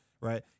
right